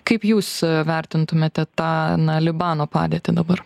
kaip jūs vertintumėt tą na libano padėtį dabar